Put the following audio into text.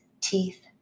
teeth